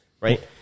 right